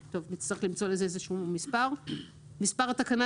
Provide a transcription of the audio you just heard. יבוא: מספרמספרפירוט נוסף לעבירהדרגת